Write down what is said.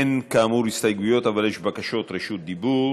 אין, כאמור, הסתייגויות, אבל יש בקשות רשות דיבור.